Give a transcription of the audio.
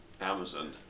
Amazon